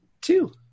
Two